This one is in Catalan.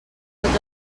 tots